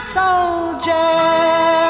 soldier